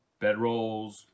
bedrolls